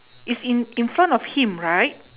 if in in front of him right